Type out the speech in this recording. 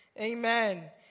Amen